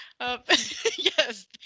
yes